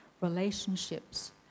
relationships